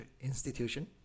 institution